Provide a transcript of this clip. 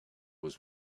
was